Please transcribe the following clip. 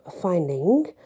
finding